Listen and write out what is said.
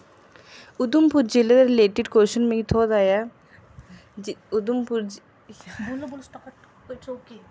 उधमपुर जिले दे related question मिगी थ्होदा ऐ जे उधमपुर